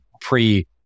pre